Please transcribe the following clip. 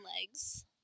legs